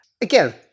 Again